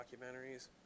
documentaries